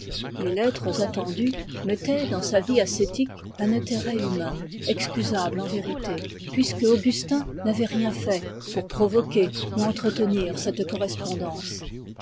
les lettres attendues mettaient dans sa vie ascétique un intérêt humain excusable en vérité puisque augustin n'avait rien fait pour provoquer ou entretenir cette correspondance